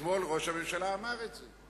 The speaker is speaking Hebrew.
אתמול ראש הממשלה אמר את זה.